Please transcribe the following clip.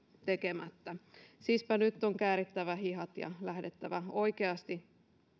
tekemättä siispä nyt on käärittävä hihat ja lähdettävä oikeasti